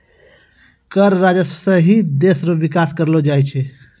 कर राजस्व सं ही देस रो बिकास करलो जाय छै